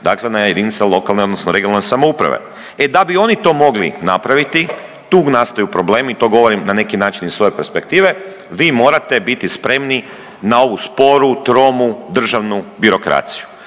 dakle na jedinice lokalne odnosno regionalne samouprave. E da bi oni to mogli napraviti tu nastaju problem i to govorim na neki način iz svoje perspektive, vi morate biti spremni na ovu sporu, tromu državnu birokraciju.